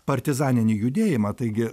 partizaninį judėjimą taigi